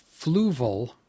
Fluval